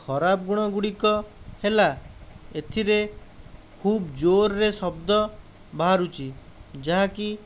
ଖରାପ ଗୁଣ ଗୁଡ଼ିକ ହେଲା ଏଥିରେ ଖୁବ ଜୋରରେ ଶବ୍ଦ ବାହାରୁଛି ଯାହାକି